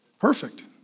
Perfect